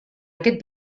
aquest